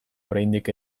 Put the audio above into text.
oraindik